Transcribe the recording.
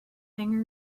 thing